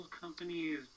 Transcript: companies